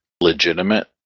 legitimate